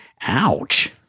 Ouch